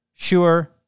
Sure